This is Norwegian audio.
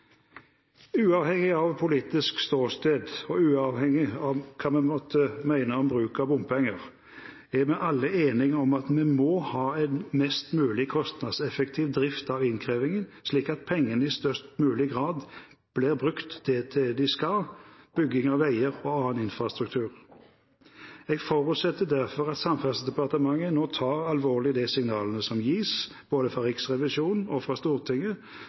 Uavhengig av politisk ståsted og uavhengig av hva vi måtte mene om bruk av bompenger, er vi alle enige om at vi må ha en mest mulig kostnadseffektiv drift av innkrevingen, slik at pengene i størst mulig grad blir brukt til det de skal: bygging av veier og annen infrastruktur. Jeg forutsetter derfor at Samferdselsdepartementet nå tar alvorlig det signalet som gis både fra Riksrevisjonen og fra Stortinget,